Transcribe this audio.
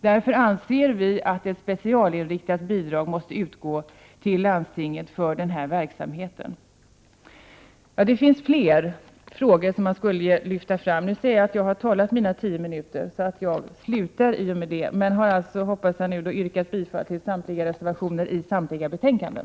Därför anser vi att ett specialinriktat bidrag måste utgå till landstingen för den här verksamheten. Det finns fler frågor som jag skulle vilja lyfta fram. Nu ser jag att jag har talat mina tio minuter, så jag slutar mitt inlägg i och med detta. Men jag har alltså nu, hoppas jag, yrkat bifall till samtliga reservationer i samtliga betänkanden.